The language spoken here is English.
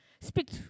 speak